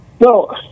No